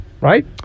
Right